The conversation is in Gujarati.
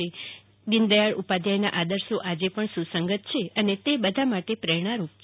તેમણે કહ્યું દીનદયાળ ઉપાધ્યાયના આદર્શો આજે પણ સુસંગત છે અને તે બધા માટે પ્રેરણારૂપ છે